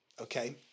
okay